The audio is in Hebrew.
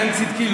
בהן צדקי,